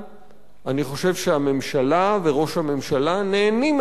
אני חושב שהממשלה וראש הממשלה נהנים מהמצב הזה,